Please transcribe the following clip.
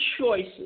choices